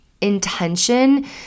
intention